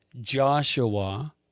Joshua